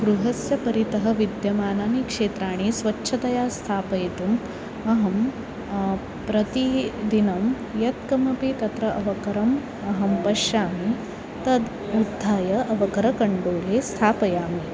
गृहं परितः विद्यमानानि क्षेत्राणि स्वच्छतया स्थापयितुम् अहं प्रतिदिनं यत्कमपि तत्र अवकरम् अहं पश्यामि तद् उत्थाय अवकरकण्डोले स्थापयामि